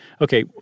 okay